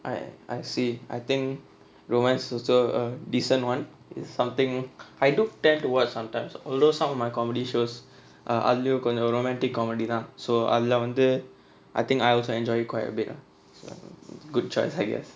I I see I think romance also a decent one is something I don't tend to watch sometimes although some of my comedy shows are அதுலையும் கொஞ்ச:athulaiyum konja romantic comedy தான்:thaan so அதுல வந்து:athula vanthu I think I also enjoy quite a bit ah good choice I guess